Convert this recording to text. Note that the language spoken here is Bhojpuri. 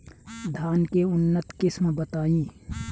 धान के उन्नत किस्म बताई?